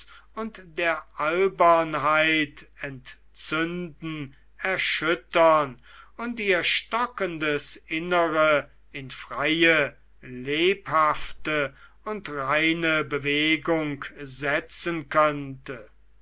und der albernheit entzünden erschüttern und ihr stockendes innere in freie lebhafte und reine bewegung setzen könnte